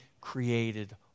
created